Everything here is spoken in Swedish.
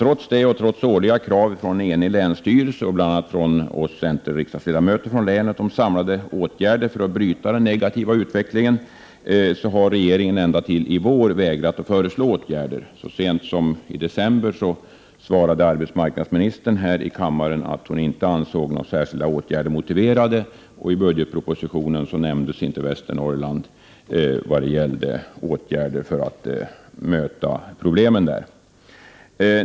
Trots detta och trots årliga krav från en enig länsstyrelse och bl.a. från oss centerriksdagsledamöter från länet på samlade åtgärder för att bryta den negativa utvecklingen har regeringen fram till denna vår vägrat föreslå åtgärder. Så sent som i december svarade arbetsmarknadsministern här i kammaren att hon inte ansåg några särskilda åtgärder motiverade. I budgetpropositionen nämndes inte några åtgärder för att möta problemen i Västernorrland.